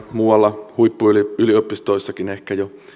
muualla huippuyliopistoissakin ehkä jo